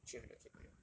three hundred K per year